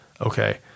okay